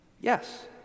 Yes